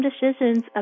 decisions